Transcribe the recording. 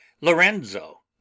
lorenzo